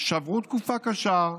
שעברו תקופה קשה,